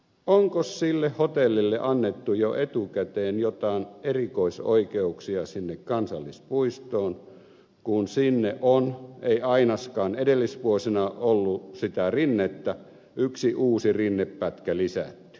onkos sille hotellille annettu jo etukäteen jotain erikoisoikeuksia sinne kansallispuistoon kun sinne on ei ainaskaan edellisvuosina ollut sitä rinnettä yksi uusi rinnepätkä lisätty